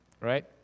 Right